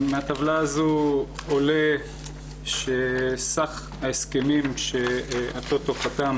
מהטבלה הזאת עולה שסך ההסכמים שהטוטו חתם